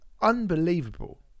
unbelievable